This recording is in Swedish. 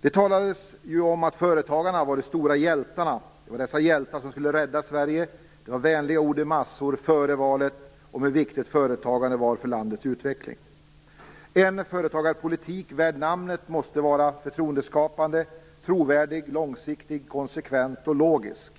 Det talades om att företagarna var de stora hjältarna. Det var dessa hjältar som skulle rädda Sverige. Det var vänliga ord i massor före valet om hur viktigt företagandet var för landets utveckling. En företagarpolitik, värd namnet, måste vara förtroendeskapande, trovärdig, långsiktig, konsekvent och logisk.